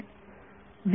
विद्यार्थीः विमान